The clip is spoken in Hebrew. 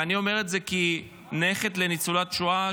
ואני אומר את זה כנכד לניצולת שואה,